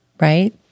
right